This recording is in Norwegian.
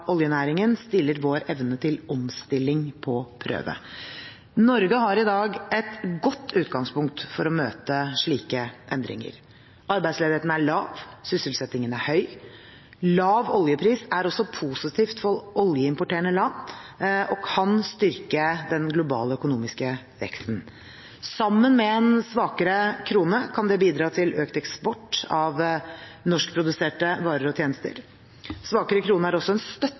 oljenæringen stiller vår evne til omstilling på prøve. Norge har i dag et godt utgangspunkt for å møte slike endringer. Arbeidsledigheten er lav, sysselsettingen er høy. Lav oljepris er også positivt for oljeimporterende land og kan styrke den globale økonomiske veksten. Sammen med en svakere krone kan det bidra til økt eksport av norskproduserte varer og tjenester. Svakere krone er også en støtte